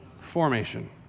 Formation